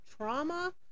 trauma